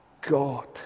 God